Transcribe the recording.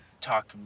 talk